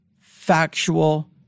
factual